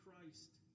christ